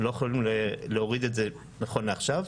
לא יכולנו להוריד את זה נכון לעכשיו,